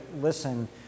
listen